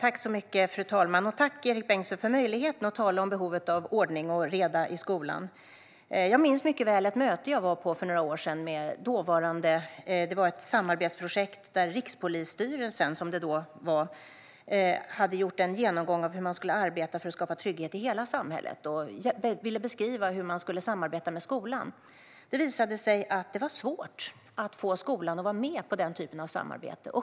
Fru talman! Tack, Erik Bengtzboe, för möjligheten att tala om behovet av ordning och reda i skolan! Jag minns mycket väl ett möte som jag var på för några år sedan. Det gällde ett samarbetsprojekt. Dåvarande Rikspolisstyrelsen hade gjort en genomgång av hur man skulle arbeta för att skapa trygghet i hela samhället och ville beskriva hur man skulle samarbeta med skolan. Det visade sig att det var svårt att få skolan att vara med på den typen av samarbete.